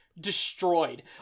destroyed